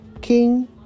King